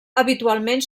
habitualment